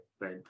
Right